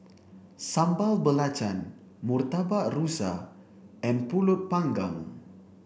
Sambal Belacan Murtabak Rusa and Pulut panggang